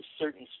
certain